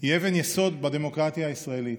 היא אבן יסוד בדמוקרטיה הישראלית,